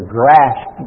grasp